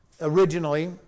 originally